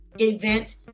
event